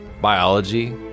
biology